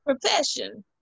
profession